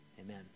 amen